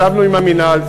ישבנו עם המינהל,